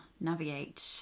navigate